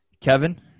Kevin